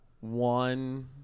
one